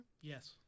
Yes